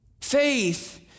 Faith